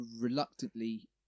reluctantly